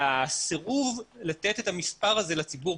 הסירוב לתת את המספר הזה לציבור,